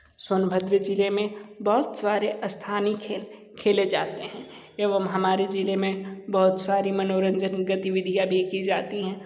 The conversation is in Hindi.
सोनभद्र ज़िले में बहोत सारे स्थानीय खेल खेले जाते हैं एवं हमारे ज़िले में बहुत सारे मनोरंजन गतिविधियाँ भी की जाती हैं